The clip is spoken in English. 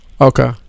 okay